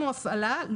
להפעיל.